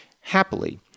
Happily